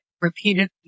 repeatedly